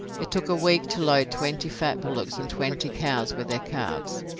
it took a week to load twenty fat bullocks and twenty cows with their calves.